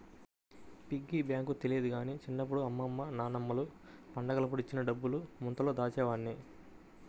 piggy bank తెలియదు గానీ చిన్నప్పుడు అమ్మమ్మ నాన్నమ్మలు పండగలప్పుడు ఇచ్చిన డబ్బుల్ని ముంతలో దాచేవాడ్ని